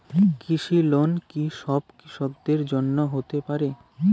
কৃষি লোন কি সব কৃষকদের জন্য হতে পারে?